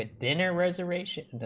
ah dinner reservations,